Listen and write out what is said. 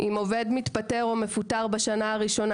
אם עובד מתפטר או מפוטר בשנה הראשונה.